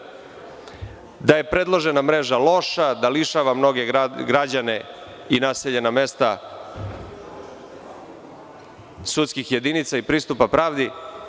Takođe, rečeno je da je predložena mreža loša, da lišava mnoge građane i naseljena mesta sudskih jedinica i pristupa pravdi.